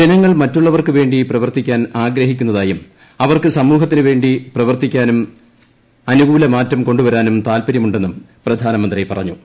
ജനങ്ങൾ മറ്റുള്ളവർക്ക് വേണ്ടി പ്രവർത്തിക്കാൻ ആഗ്രഹിക്കുന്നതായും അവർക്ക് സമൂഹത്തിനുവേണ്ടി പ്രവർത്തിക്കാനും അനുകൂലമാറ്റം കൊണ്ടുവരാനും താല്പര്യമുണ്ടെന്ന് പ്രധാനമന്ത്രി പറഞ്ഞു